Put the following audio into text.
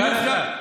הביוב שם,